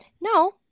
no